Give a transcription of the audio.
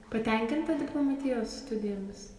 patenkinta diplomatijos studijomis